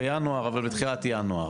אבל בתחילת ינואר,